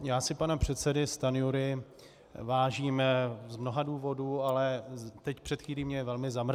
Já si pana předsedy Stanjury vážím z mnoha důvodů, ale teď před chvílí mě velmi zamrzel.